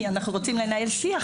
כי אנחנו רוצים לנהל שיח,